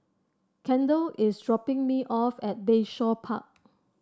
Kendall is dropping me off at Bayshore Park